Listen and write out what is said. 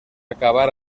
acabar